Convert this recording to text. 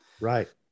right